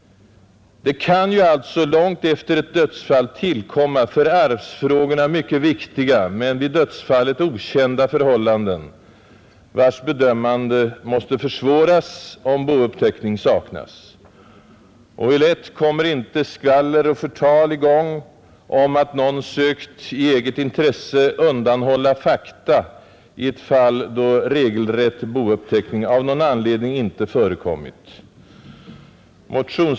Det kan alltså långt efter ett dödsfall uppkomma för arvsfrågorna mycket viktiga men vid dödsfallet okända förhållanden, där bedömningen försvåras, om bouppteckning saknas. Och hur lätt kommer inte skvaller och förtal i gång om att någon sökt i eget intresse undanhålla fakta i ett fall då regelrätt bouppteckning av någon anledning inte har förekommit.